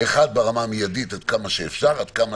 אחד ברמה המיידית עד כמה שניתן,